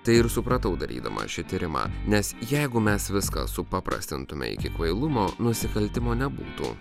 tai ir supratau darydamas šį tyrimą nes jeigu mes viską supaprastintume iki kvailumo nusikaltimo nebūtų